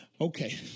Okay